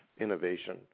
innovation